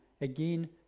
again